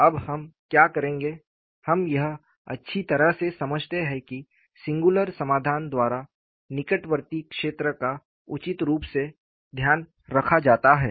अब हम क्या करेंगे हम यह अच्छी तरह से समझते हैं कि सिंगुलर समाधान द्वारा निकटवर्ती क्षेत्र का उचित रूप से ध्यान रखा जाता है